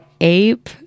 ape